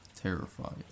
terrified